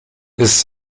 ist